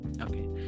Okay